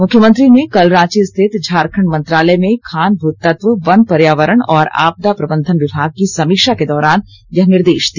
मुख्यमंत्री ने कल रांची स्थित झारखंड मंत्रालय में खान भूतत्व वन पर्यावरण और आपदा प्रबंधन विभाग की समीक्षा के दौरान यह निर्देश दिया